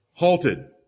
Halted